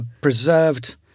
preserved